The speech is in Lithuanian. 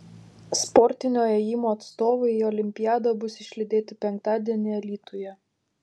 sportinio ėjimo atstovai į olimpiadą bus išlydėti penktadienį alytuje